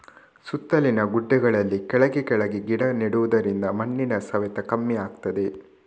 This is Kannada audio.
ಸುತ್ತಲಿನ ಗುಡ್ಡೆಗಳಲ್ಲಿ ಕೆಳಗೆ ಕೆಳಗೆ ಗಿಡ ನೆಡುದರಿಂದ ಮಣ್ಣಿನ ಸವೆತ ಕಮ್ಮಿ ಆಗ್ತದೆ